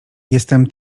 jestem